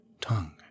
tongue